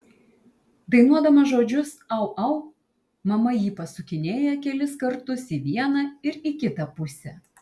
dainuodama žodžius au au mama jį pasukinėja kelis kartus į vieną ir į kitą pusę